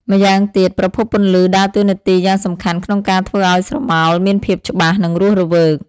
ម្យ៉ាងទៀត ប្រភពពន្លឺដើរតួនាទីយ៉ាងសំខាន់ក្នុងការធ្វើឱ្យស្រមោលមានភាពច្បាស់ និងរស់រវើក។